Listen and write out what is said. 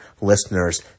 listeners